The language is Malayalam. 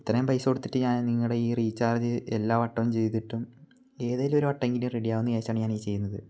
ഇത്രേം പൈസ കൊടുത്തിട്ട് ഞാൻ നിങ്ങടെ ഈ റീചാർജ് എല്ലാ വട്ടം ചെയ്തിട്ടും ഏതേലും ഒരു വട്ടം എങ്കിലും റെഡിയാവുന്ന് വിചാരിച്ചാണ് ഞാൻ ഈ ചെയ്യുന്നത്